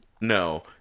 no